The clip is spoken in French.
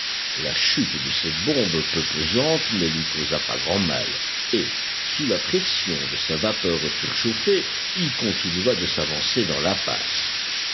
la chute de ces bombes peu pesantes ne lui causa pas grand mal et sous la pression de sa vapeur surchauffée il continua de s'avancer dans